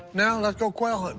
now let's go quail and